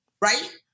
Right